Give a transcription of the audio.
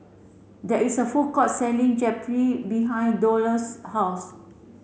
there is a food court selling Japchae behind Delos' house